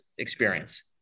experience